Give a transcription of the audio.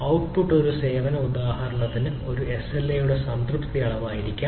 output ഒരു സേവന ഉദാഹരണത്തിന് ഒരു എസ്എൽഎ സംതൃപ്തിയുടെ അളവായിരിക്കും